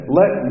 let